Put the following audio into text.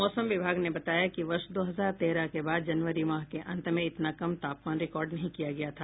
मौसम विभाग ने बताया कि वर्ष दो हजार तेरह के बाद जनवरी माह के अंत में इतना कम तापमान रिकॉर्ड नहीं किया गया था